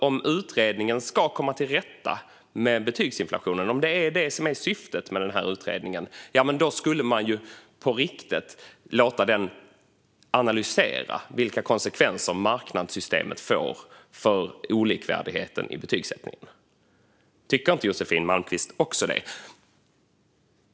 Om utredningen ska komma till rätta med betygsinflationen - om detta är syftet med denna utredning - då skulle man på riktigt låta den analysera vilka konsekvenser som marknadssystemet får för olikvärdigheten i betygsättningen. Tycker inte Josefin Malmqvist också det?